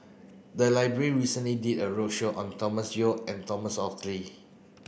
the library recently did a roadshow on Thomas Yeo and Thomas Oxley